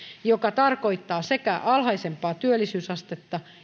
mikä tarkoittaa sekä alhaisempaa työllisyysastetta